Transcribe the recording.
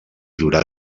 durà